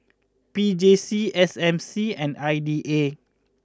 P J C S M C and I D A